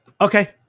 Okay